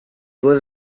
was